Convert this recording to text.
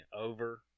over